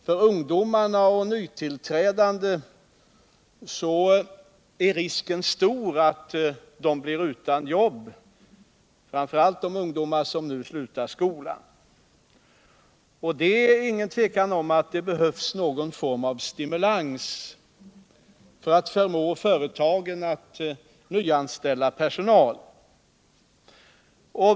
För ungdomar och nytillträdande är risken stor att de blir utan jobb. Framför allt gäller det de ungdomar som nu slutar skolan. Det råder inget tvivel om att det behövs någon form av stimulans för att förmå företagen att nyanställa personal.